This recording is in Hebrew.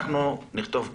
אנחנו נכתוב ככה: